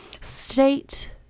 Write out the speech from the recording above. state